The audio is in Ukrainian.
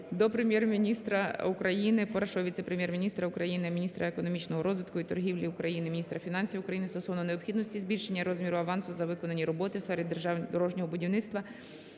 до Прем'єр-міністра України, Першого віце-прем'єр-міністра України - міністра економічного розвитку і торгівлі України, міністра фінансів України стосовно необхідності збільшення розміру авансу за виконані роботи в сфері дорожнього будівництва